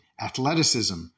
athleticism